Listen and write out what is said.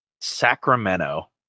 Sacramento